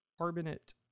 carbonate